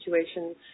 situations